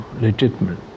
legitimate